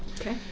Okay